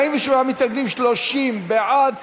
47 מתנגדים, 30 בעד.